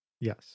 Yes